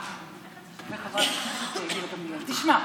חבר הכנסת לוין, ברשותך, תשמע,